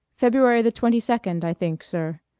february the twenty-second, i think, sir.